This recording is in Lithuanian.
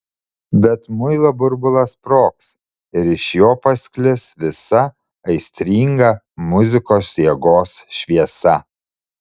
bet muilo burbulas sprogs ir iš jo pasklis visa aistringa muzikos jėgos šviesa